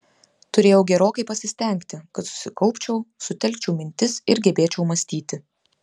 turėjau gerokai pasistengti kad susikaupčiau sutelkčiau mintis ir gebėčiau mąstyti